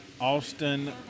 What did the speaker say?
Austin